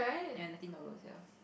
ya nineteen dollars ya